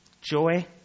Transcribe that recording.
joy